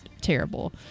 terrible